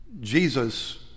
Jesus